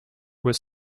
was